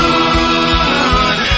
on